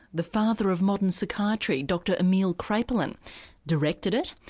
the father of modern psychiatry dr emil kraepelin directed it,